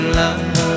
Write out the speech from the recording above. love